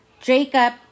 Jacob